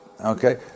Okay